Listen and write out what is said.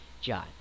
John